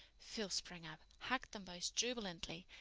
phil sprang up, hugged them both jubilantly,